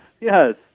yes